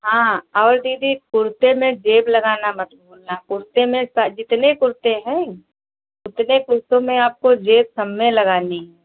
हाँ और दीदी कुर्ते में जेब लगाना मत भूलना कुर्ते में च जितने कुर्ते हैं इतने कुर्ते में आपको जेब सब में लगानी है